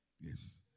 Yes